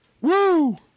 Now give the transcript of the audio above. Woo